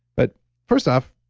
but first off,